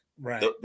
Right